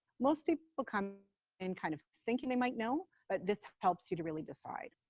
most people come in kind of thinking they might know, but this helps you to really decide.